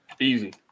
easy